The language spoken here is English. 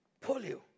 Polio